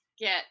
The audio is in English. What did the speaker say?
get